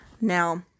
now